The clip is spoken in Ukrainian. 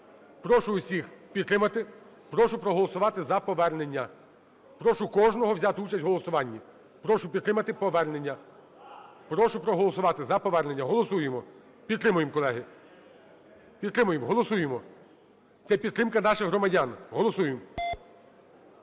Прошу усіх підтримати, прошу проголосувати за повернення, прошу кожного взяти участь в голосуванні. Прошу підтримати повернення, прошу проголосувати за повернення. Голосуємо, підтримуємо, колеги, підтримуємо, голосуємо, це підтримка наших громадян, голосуємо.